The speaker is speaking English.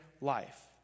life